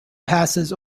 passes